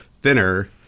thinner